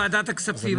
ועדת הכספים,